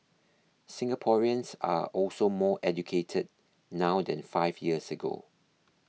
Singaporeans are also more educated now than five years ago